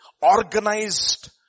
organized